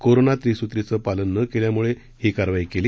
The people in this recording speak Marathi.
कोरोना त्रिसूत्रींचं पालन न केल्यामुळे ही कारवाई केली